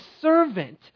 servant